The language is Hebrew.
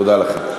תודה לכם.